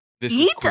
Eat